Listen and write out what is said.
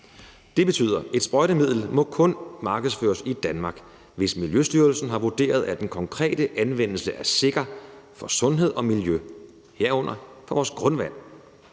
Det betyder, at et sprøjtemiddel kun må markedsføres i Danmark, hvis Miljøstyrelsen har vurderet, at den konkrete anvendelse er sikker for sundhed og miljø, herunder for vores grundvand.